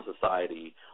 society